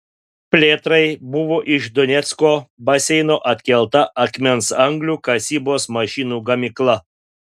plėtrai buvo iš donecko baseino atkelta akmens anglių kasybos mašinų gamykla